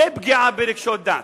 זו פגיעה ברגשות דת.